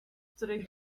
której